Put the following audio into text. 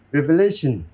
Revelation